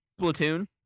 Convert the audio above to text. Splatoon